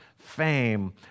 fame